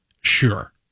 Sure